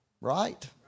Right